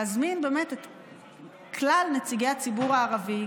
להזמין את כלל נציגי הציבור הערבי,